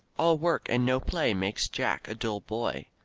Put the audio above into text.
all work and no play makes jack a dull boy.